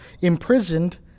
imprisoned